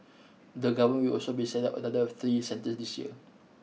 the government will also be set up another three centres this year